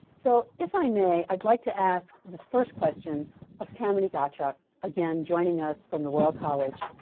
so, if i may, i'd like to ask this first question of kamini gadhok, again joining us from the royal college.